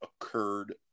occurred